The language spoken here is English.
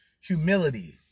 humility